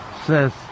says